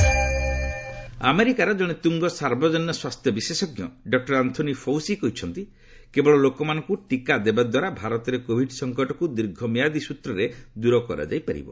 Fauci vaccination ଆମେରିକାର ଜଣେ ତୁଙ୍ଗ ସାର୍ବଜନୀନ ସ୍ୱାସ୍ଥ୍ୟ ବିଶେଷଜ୍ଞ ଡକ୍କର ଆନ୍ଟ୍ରୋନା ଫଉସି କହିଛନ୍ତି କେବଳ ଲୋକମାନଙ୍କୁ ଟିକା ଦେବାଦ୍ୱାରା ଭାରତରେ କୋଭିଡ୍ ସଙ୍କଟକୁ ଦୀର୍ଘମିଆଦି ସୂତ୍ରରେ ଦୂର କରାଯାଇପାରିବ